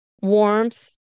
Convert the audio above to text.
warmth